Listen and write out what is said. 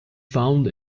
found